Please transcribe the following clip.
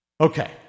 Okay